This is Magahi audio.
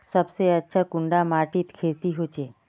सबसे अच्छा कुंडा माटित खेती होचे?